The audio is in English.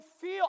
feel